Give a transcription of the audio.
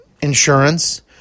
insurance